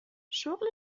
شغل